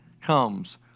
comes